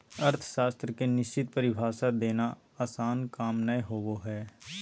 अर्थशास्त्र के निश्चित परिभाषा देना आसन काम नय होबो हइ